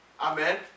Amen